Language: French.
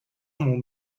mon